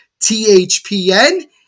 THPN